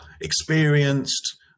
experienced